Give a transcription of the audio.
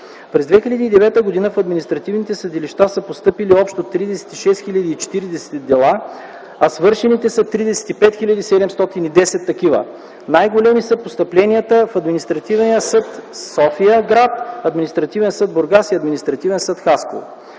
През 2009 г. в административните съдилища са постъпили общо 36 040 дела, а свършените са 35 710 такива. Най-големи са постъпленията в Административен съд – София-град, Административен съд – Бургас и Административен съд – Хасково.